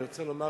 אני רוצה לומר